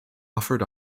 offered